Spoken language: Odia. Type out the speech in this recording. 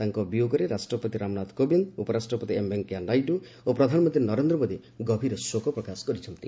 ତାଙ୍କ ବିୟୋଗରେ ରାଷ୍ଟ୍ରପତି ରାମନାଥ କୋବିନ୍ଦ ଉପରାଷ୍ଟ୍ରପତି ଏମ୍ ଭେଙ୍କିୟା ନାଇଡ଼ୁ ଓ ପ୍ରଧାନମନ୍ତ୍ରୀ ନରେନ୍ଦ୍ର ମୋଦି ଗଭୀର ଶୋକ ପ୍ରକାଶ କରିଛନ୍ତି